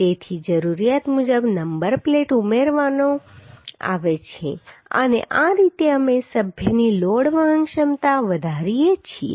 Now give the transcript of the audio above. તેથી જરૂરિયાત મુજબ નંબર પ્લેટ ઉમેરવામાં આવે છે અને આ રીતે અમે સભ્યની લોડ વહન ક્ષમતા વધારીએ છીએ